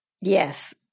Yes